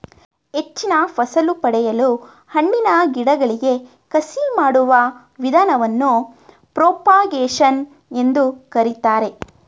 ಹೆಚ್ಚಿನ ಫಸಲು ಪಡೆಯಲು ಹಣ್ಣಿನ ಗಿಡಗಳಿಗೆ ಕಸಿ ಮಾಡುವ ವಿಧಾನವನ್ನು ಪ್ರೋಪಾಗೇಶನ್ ಎಂದು ಕರಿತಾರೆ